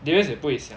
darius 也不会想